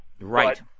Right